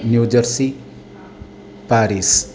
New Jersey Paris